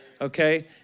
Okay